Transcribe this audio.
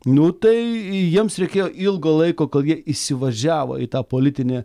nu tai jiems reikėjo ilgo laiko kol jie įsivažiavo į tą politinį